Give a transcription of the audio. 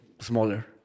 smaller